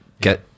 get